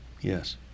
Yes